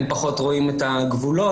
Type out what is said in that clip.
הם פחות רואים את הגבולות,